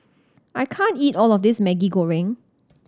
I can't eat all of this Maggi Goreng